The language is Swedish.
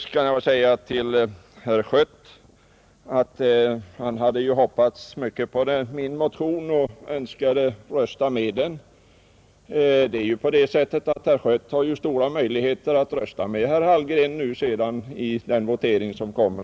Herr Schött hade hoppats mycket på min motion och önskade rösta med den, Herr Schött har ju stora möjligheter att rösta med herr Hallgren i den votering som kommer,